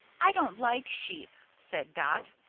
i don't like sheep! said dot,